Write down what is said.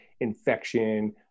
infection